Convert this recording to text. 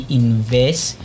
invest